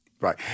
Right